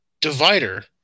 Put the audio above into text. divider